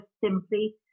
simply